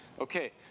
Okay